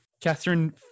Catherine